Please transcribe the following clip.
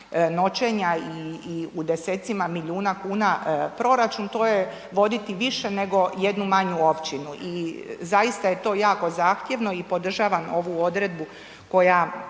noćenja i u 10-cima milijuna kuna proračun to je voditi više nego voditi jednu manju općinu i zaista je to jako zahtjevno i podržavam ovu odredbu koja